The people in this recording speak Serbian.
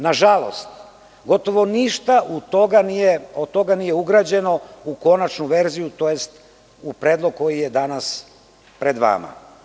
Nažalost, gotovo ništa od toga nije ugrađeno u konačnu verziju, tj. u predlog koji je danas pred vama.